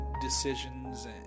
decisions